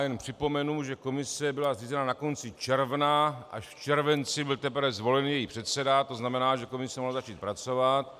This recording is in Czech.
Jen připomenu, že komise byla zřízena na konci června, až v červenci byl teprve zvolen její předseda, to znamená, že komise mohla začít pracovat.